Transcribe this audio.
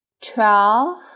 twelve